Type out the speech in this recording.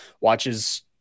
watches